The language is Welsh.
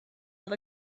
oedd